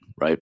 right